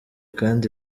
kandi